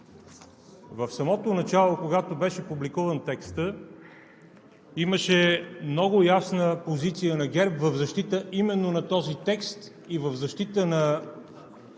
В самото начало, когато беше публикуван текстът, имаше много ясна позиция на ГЕРБ в защита именно на този текст и в защита на